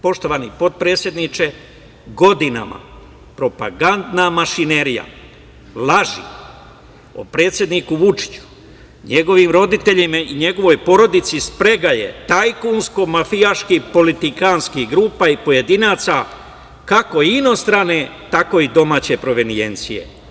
Poštovani potpredsedniče, godinama propagandna mašinerija laže o predsedniku Vučiću, njegovim roditeljima i njegovoj porodici, sprega je tajkunsko-mafijaških politikantskih grupa i pojedinaca kako inostrane, tako i domaće provenijencije.